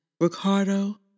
Ricardo